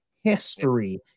history